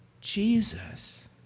Jesus